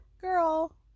Girl